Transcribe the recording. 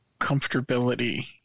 comfortability